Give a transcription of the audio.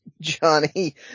Johnny